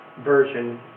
version